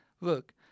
Look